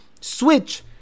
switch